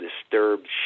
disturbed